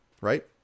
right